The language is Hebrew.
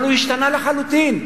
אבל הוא השתנה לחלוטין.